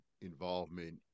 involvement